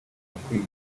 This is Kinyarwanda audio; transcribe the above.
akwiye